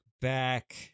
back